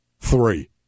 Three